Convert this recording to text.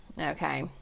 okay